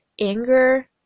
anger